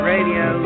Radio